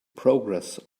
progress